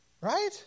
Right